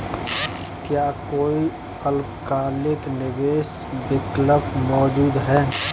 क्या कोई अल्पकालिक निवेश विकल्प मौजूद है?